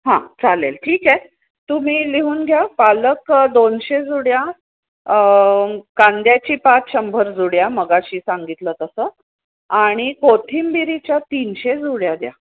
हां चालेल ठीक आहे तुम्ही लिहून घ्या पालक दोनशे जुड्या कांद्याची पात शंभर जुड्या मघाशी सांगितलं तसं आणि कोथिंबिरीच्या तीनशे जुड्या द्या